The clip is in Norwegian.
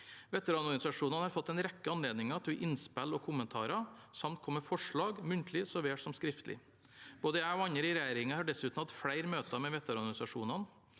Veteranorganisasjonene har fått en rekke anledninger til å gi innspill og kommentarer samt til å komme med forslag, muntlig så vel som skriftlig. Både jeg og andre i regjeringen har dessuten hatt flere møter med veteranorganisasjonene.